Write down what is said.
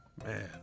Man